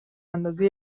اندازی